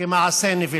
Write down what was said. כמעשה נבלה.